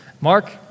Mark